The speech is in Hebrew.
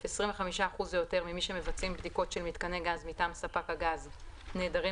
(א)25% או יותר ממי שמבצעים בדיקות של מיתקני גז מטעם ספק הגז נעדרים